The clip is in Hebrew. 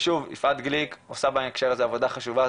ושוב, יפעת גליק עושה בהקשר הזה עבודה חשובה.